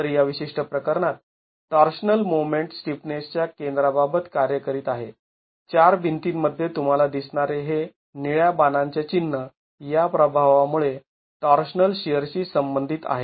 तर या विशिष्ट प्रकरणात टॉर्शनल मोमेंट स्टिफनेसच्या केंद्राबाबत कार्य करीत आहे चार भिंतींमध्ये तुम्हाला दिसणारे हे निळ्या बाणांचे चिन्ह या प्रभावामुळे टॉर्शनल शिअरशी संबंधित आहेत